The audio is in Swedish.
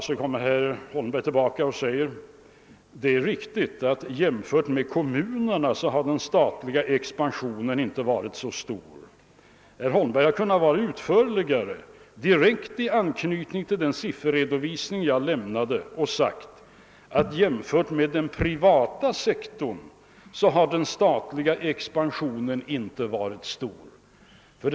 Så kom herr Holmberg tillbaka och sade att det är riktigt att den statliga expansionen inte har varit särskilt stor i jämförelse med den kommunala ex pansionen. Herr Holmberg hade kunnat vara utförligare i direkt anknytning till den sifferredovisning jag lämnade och sagt att den statliga expansionen inte varit stor i jämförelse med den privata sektorns expansion.